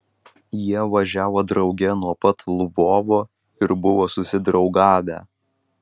jie važiavo drauge nuo pat lvovo ir buvo susidraugavę